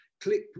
Click